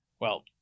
Well-